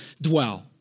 dwell